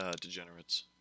degenerates